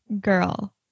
Girl